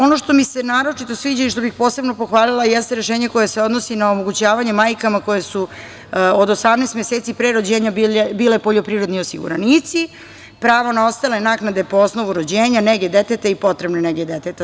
Ono što mi se naročito sviđa i što bi posebno pohvalila, jeste rešenje koje se odnosi na omogućavanje majkama koje su od 18 meseci, pre rođenja, bile poljoprivredni osiguranici, pravo na ostale naknade po osnovu rođenja, nege deteta i potrebne nege deteta.